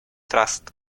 trust